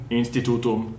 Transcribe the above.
institutum